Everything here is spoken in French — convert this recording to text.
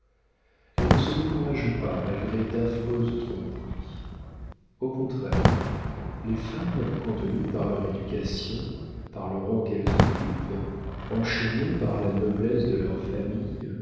elles ne se découragent pas malgré d'affreuses tromperies au contraire les femmes contenues par leur éducation par le rang qu'elles occupent enchaînées par la noblesse de leur famille